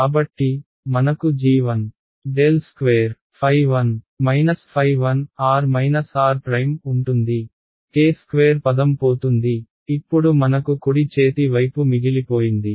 కాబట్టి మనకు g1 ▽2ɸ1 ɸ1r r ఉంటుంది k² పదం పోతుంది ఇప్పుడు మనకు కుడి చేతి వైపు మిగిలిపోయింది